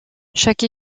chaque